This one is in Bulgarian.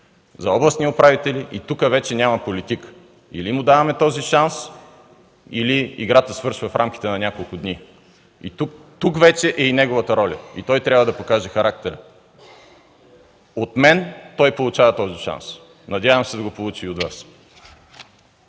за областни управители и тук вече няма политика. Или му даваме този шанс, или играта свършва в рамките на няколко дни. Тук вече е неговата роля и той трябва да покаже характер. От мен той получава този шанс. Надявам се да го получи и от Вас.